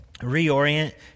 Reorient